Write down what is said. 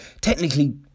technically